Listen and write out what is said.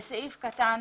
ב-25ג(א)